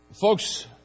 Folks